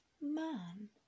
man